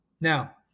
Now